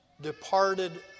departed